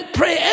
pray